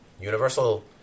Universal